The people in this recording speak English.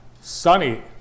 sunny